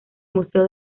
museo